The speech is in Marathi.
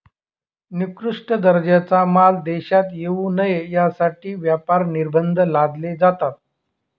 निकृष्ट दर्जाचा माल देशात येऊ नये यासाठी व्यापार निर्बंध लादले जातात